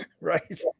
Right